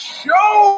show